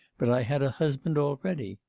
but i had a husband already.